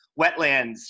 wetlands